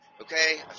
Okay